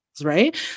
right